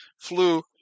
Flu